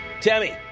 Tammy